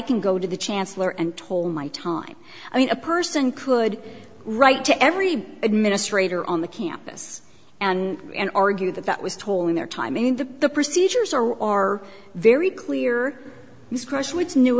can go to the chancellor and told my time i mean a person could write to every administrator on the campus and argue that that was told in their time in the the procedures or are very clear discretion which knew